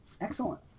Excellent